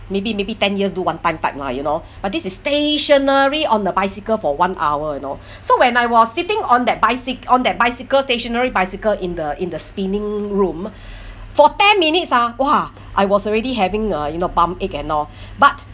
maybe maybe ten years do one time type lah you know but this is stationary on the bicycle for one hour you know so when I was sitting on that bicy~ on that bicycle stationary bicycle in the in the spinning room for ten minutes ah !wah! I was already having uh you know bum ache and all but